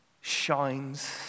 shines